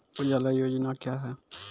उजाला योजना क्या हैं?